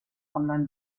online